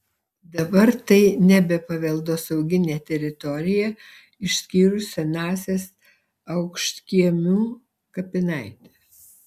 dabar tai nebe paveldosauginė teritorija išskyrus senąsias aukštkiemių kapinaites